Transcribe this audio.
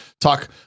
talk